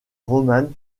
romane